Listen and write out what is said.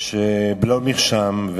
בלא מרשם.